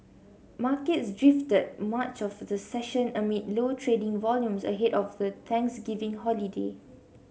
markets drifted much of the session amid low trading volumes ahead of the Thanksgiving holiday